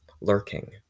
lurking